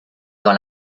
dans